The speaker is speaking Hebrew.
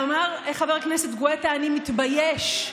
ואמר חבר הכנסת גואטה: אני מתבייש,